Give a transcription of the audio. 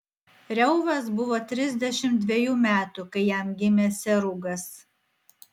reuvas buvo trisdešimt dvejų metų kai jam gimė serugas